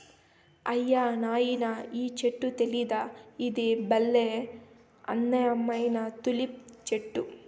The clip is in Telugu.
అయ్యో నాయనా ఈ చెట్టు తెలీదా ఇది బల్లే అందమైన తులిప్ చెట్టు